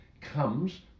comes